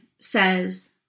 says